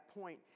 point